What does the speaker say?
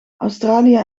australië